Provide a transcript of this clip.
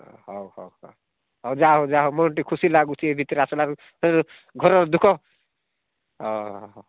ହଉ ହଉ ହଉ ହଉ ଯାହା ହଉ ଯାହା ହଉ ମୋର ଟିକେ ଖୁସି ଲାଗୁଛି ଏ ଭିତରେ ଆସିଲାରୁ ସେ ଘର ଦୁଃଖ ହଁ ହଁ